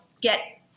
get